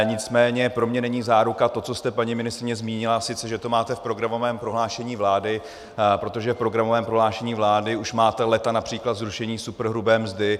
Nicméně pro mě není záruka to, co jste, paní ministryně, zmínila, a sice že to máte v programovém prohlášení vlády, protože v programovém prohlášení vlády už máte léta například zrušení superhrubé mzdy.